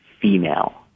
female